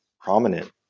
prominent